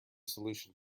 solution